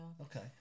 Okay